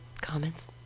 Comments